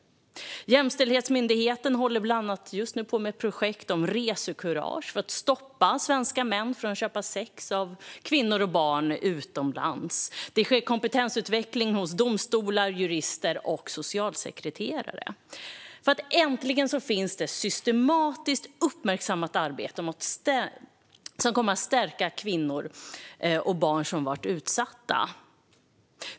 Jämställdhetsmyndigheten håller just nu bland annat på med ett projekt om resekurage för att stoppa svenska män från att köpa sex av kvinnor och barn utomlands. Det sker kompetensutveckling hos domstolar, jurister och socialsekreterare. Äntligen finns det ett systematiskt uppmärksammat arbete som kommer att stärka kvinnor och barn som har varit utsatta.